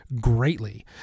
greatly